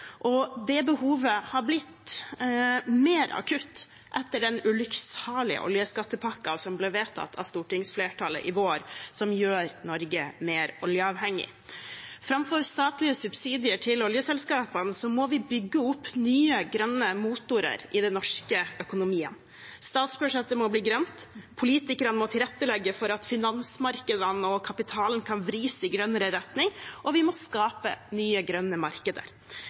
Det behovet har blitt mer akutt etter den ulykksalige oljeskattepakken som ble vedtatt av stortingsflertallet i vår, som gjør Norge mer oljeavhengig. Framfor statlige subsidier til oljeselskapene må vi bygge opp nye grønne motorer i den norske økonomien. Statsbudsjettet må bli grønt. Politikerne må tilrettelegge for at finansmarkedene og kapitalen kan vris i grønnere retning, og vi må skape nye grønne markeder.